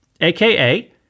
aka